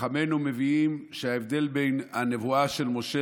חכמינו מביאים שההבדל בין הנבואה של משה